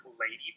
lady